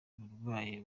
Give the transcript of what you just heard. abarwayi